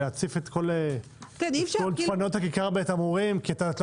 להציף את כל נאות הכיכר בתמרורים כי את לא